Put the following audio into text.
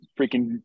freaking